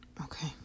Okay